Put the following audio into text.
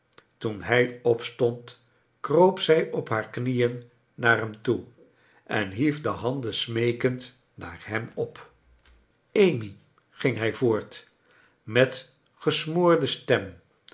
toen hij opstond kroop zij op haar knieen naar hem toe en hief de handen smeekend naar hem op amy gitlg hij voort met gesmoorde stem